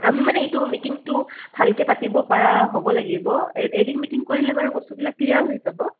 আমি মানে এইটো মিটিংটো ভালকৈ পাতিবপৰা হ'ব লাগিব এদিন মিটিং কৰিলে বাৰু বস্তুবিলাক ক্লিয়াৰ হৈ যাব